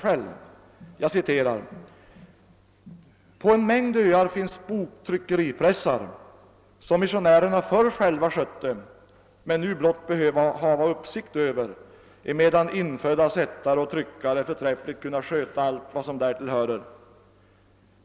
Tidningen skriver om detta följande: »På en mängd öar finns boktryckeripressar, som misssionärerna förr själva skötte men nu blott behöva hava uppsikt över, emedan infödda sättare och tryckare förträffligt kunna sköta allt vad därtill börer.